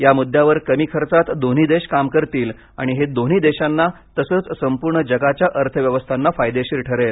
या मुद्द्यावर कमी खर्चात दोन्ही देश काम करतील आणि हे दोन्ही देशांना तसंच संपूर्ण जगाच्या अर्थव्यवस्थांना फायदेशीर ठरेल